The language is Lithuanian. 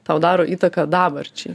tau daro įtaką dabarčiai